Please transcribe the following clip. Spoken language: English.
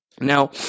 Now